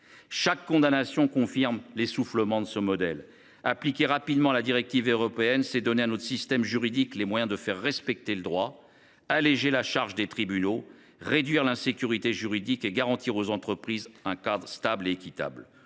Chaque condamnation confirme l’essoufflement de ce modèle. Appliquer rapidement la directive européenne, c’est donner à notre système juridique les moyens de faire respecter le droit, alléger la charge des tribunaux, réduire l’insécurité juridique et garantir aux entreprises un cadre stable et équitable,